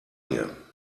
dir